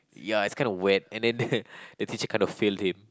ya it's kinda wet and then the the teacher kinda failed him